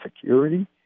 security